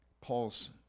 Paul's